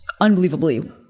Unbelievably